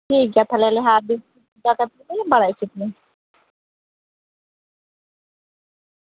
ᱴᱷᱤᱠᱜᱮᱭᱟ ᱛᱟᱞᱦᱮ ᱫᱚᱦᱚᱭᱮᱫᱟᱹᱧ ᱜᱚᱴᱟ ᱞᱮᱠᱷᱟᱡ ᱞᱮ ᱵᱟᱲᱟᱭ ᱦᱚᱪᱚ ᱯᱤᱭᱟᱹᱧ